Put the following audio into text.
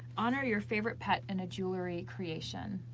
honor your favorite pet in a jewelry creation.